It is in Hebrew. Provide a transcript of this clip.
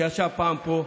שישב פעם פה,